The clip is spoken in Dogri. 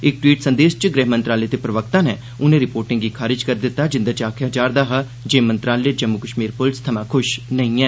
इक टवीट् संदेस च गृह मंत्रालय दे प्रवक्ता नै इनें रिपोर्ट गी खारिज करी दित्ता जिंदे च आक्खेआ जा'रदा हा जे मंत्रालय जम्मू कष्मीर पुलस थमां खुष नेई ऐ